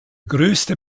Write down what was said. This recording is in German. größte